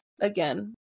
again